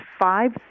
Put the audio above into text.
five